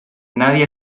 nadie